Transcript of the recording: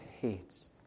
hates